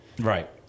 Right